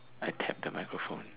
I tapped the microphone